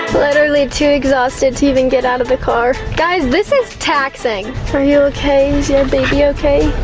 literally too exhausted to even get out of the car. guys, this is taxing. are you okay? is your baby okay?